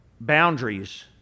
boundaries